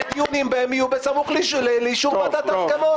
שהתיאומים יהיו בסמוך לאישור ועדת הסכמות.